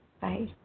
Bye